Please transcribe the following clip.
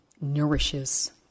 nourishes